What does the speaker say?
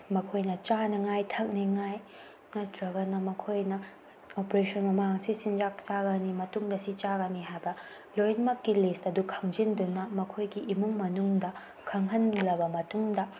ꯃꯈꯣꯏꯅ ꯆꯥꯅꯉꯥꯏ ꯊꯛꯅꯤꯉꯥꯏ ꯅꯠꯇ꯭ꯔꯒꯅ ꯃꯈꯣꯏꯅ ꯑꯣꯄ꯭ꯔꯦꯁꯟ ꯃꯃꯥꯡ ꯑꯁꯤ ꯆꯤꯟꯖꯥꯛ ꯆꯥꯒꯅꯤ ꯃꯇꯨꯡꯗ ꯁꯤ ꯆꯥꯒꯅꯤ ꯍꯥꯏꯕ ꯂꯣꯏꯅꯃꯛꯀꯤ ꯂꯤꯁ ꯑꯗꯨ ꯈꯪꯖꯤꯟꯗꯨꯅ ꯃꯈꯣꯏꯒꯤ ꯏꯃꯨꯡ ꯃꯅꯨꯡꯗ ꯈꯪꯍꯜꯂꯕ ꯃꯇꯨꯡꯗ